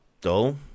dull